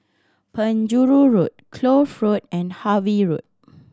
Penjuru Road Kloof Road and Harvey Road